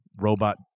robot